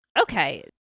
okay